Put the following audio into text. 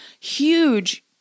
huge